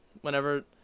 whenever